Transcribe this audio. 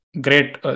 Great